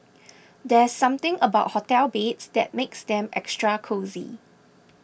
there's something about hotel beds that makes them extra cosy